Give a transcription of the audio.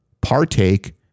partake